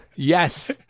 Yes